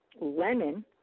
lemon